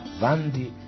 vandi